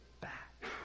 back